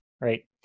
right